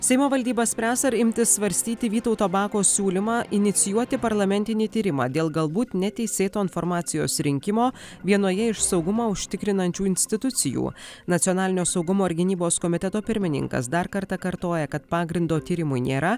seimo valdyba spręs ar imtis svarstyti vytauto bako siūlymą inicijuoti parlamentinį tyrimą dėl galbūt neteisėto informacijos rinkimo vienoje iš saugumą užtikrinančių institucijų nacionalinio saugumo ir gynybos komiteto pirmininkas dar kartą kartoja kad pagrindo tyrimui nėra